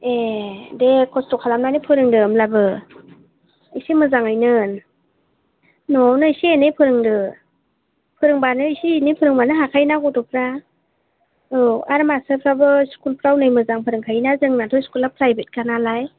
ए दे खस्थ' खालामनानै फोरोंदो होमब्लाबो इसे मोजाङैनो न'आवनो इसे एनै फोरोंदो फोरोंबानो इसे एनै फोरोंबानो हाखायोना गथ'फ्रा औ आरो मासथारफ्राबो स्खुलफ्राव नै मोजां फोरोंखायोना जोंनाथ' स्खुला फ्रायबेथखा नालाय